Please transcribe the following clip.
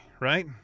right